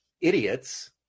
idiots